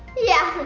yeah,